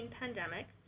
pandemic